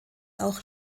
auch